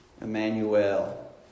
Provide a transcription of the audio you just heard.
Emmanuel